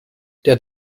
der